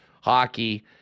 hockey